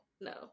No